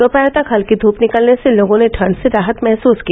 दोपहर तक हल्की धूप निकलने से लोगों ने ठंड से राहत महसूस की